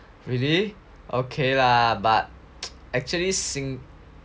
really okay lah but actually sing